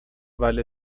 vale